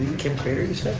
kim craitor, you